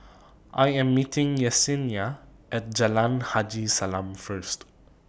I Am meeting Yesenia At Jalan Haji Salam First